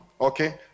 Okay